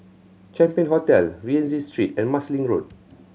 Champion Hotel Rienzi Street and Marsiling Road